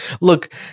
Look